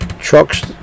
trucks